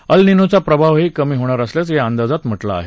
अल् निनोचा प्रभावही कमी होणार असल्याचं या अंदाजात म्हटलं आहे